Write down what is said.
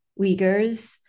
Uyghurs